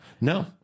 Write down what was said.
No